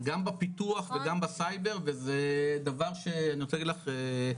גם בפיתוח וגם בסייבר וזה דבר שאני רוצה להגיד לך,